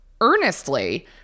earnestly